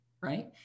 right